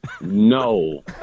No